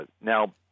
Now